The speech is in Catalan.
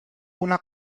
una